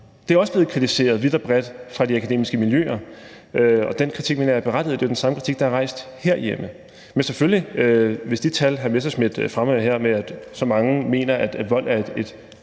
Det er også blevet kritiseret vidt og bredt i de akademiske miljøer, og den kritik mener jeg er berettiget. Og det er jo den samme kritik, der er rejst herhjemme. Men, selvfølgelig, hvis de tal, hr. Morten Messerschmidt fremlægger her med, at så mange mener, at vold er en